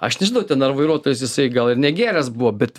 aš nežinau ten ar vairuotojas jisai gal ir negėręs buvo bet